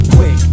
Quick